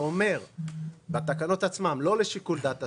שהוא לא לשיקול דעת השרים,